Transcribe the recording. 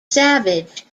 savage